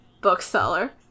bookseller